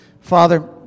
Father